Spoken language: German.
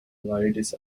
waldes